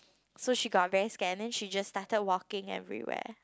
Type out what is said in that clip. so she got very scared and then she just started walking everywhere